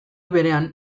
berean